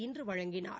இன்று வழங்கினார்